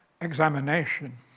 examination